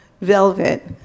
velvet